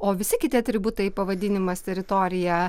o visi kiti atributai pavadinimas teritorija